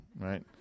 Right